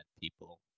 people